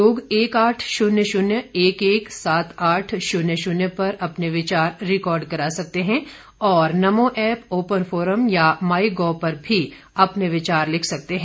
लोग एक आठ शून्य शून्य एक एक सात आठ शून्य शून्य पर अपने विचार रिकॉर्ड करा सकते हैं और नमो ऐप ओपन फोरम या माई गोव पर भी अपने विचार लिख सकते हैं